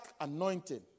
anointing